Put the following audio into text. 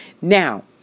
Now